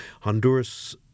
Honduras